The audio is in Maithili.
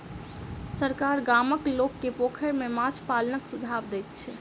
सरकार गामक लोक के पोखैर में माछ पालनक सुझाव दैत छै